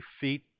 feet